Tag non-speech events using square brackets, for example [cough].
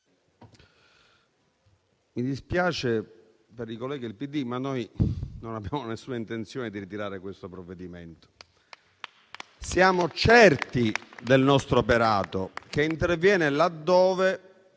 mi dispiace per i colleghi del PD, ma noi non abbiamo nessuna intenzione di ritirare questo provvedimento. [applause] Siamo certi del nostro operato, che interviene laddove